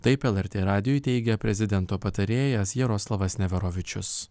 taip lrt radijui teigė prezidento patarėjas jaroslavas neverovičius